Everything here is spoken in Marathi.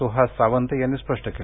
सुहास सावंत यांनी स्पष्ट केलं